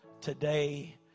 today